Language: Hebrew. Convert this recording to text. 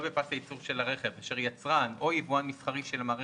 בפס הייצור של הרכב אשר יצרן או יבואן מסחרי של המערכת,